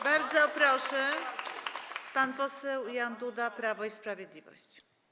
Bardzo proszę, pan poseł Jan Duda, Prawo i Sprawiedliwość.